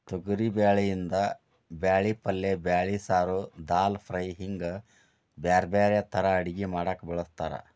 ತೊಗರಿಬ್ಯಾಳಿಯಿಂದ ಬ್ಯಾಳಿ ಪಲ್ಲೆ ಬ್ಯಾಳಿ ಸಾರು, ದಾಲ್ ಫ್ರೈ, ಹಿಂಗ್ ಬ್ಯಾರ್ಬ್ಯಾರೇ ತರಾ ಅಡಗಿ ಮಾಡಾಕ ಬಳಸ್ತಾರ